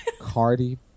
cardi